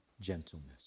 gentleness